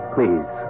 Please